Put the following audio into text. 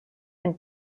and